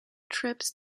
trips